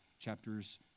chapters